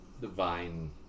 divine